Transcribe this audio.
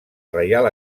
reial